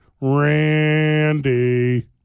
Randy